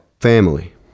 family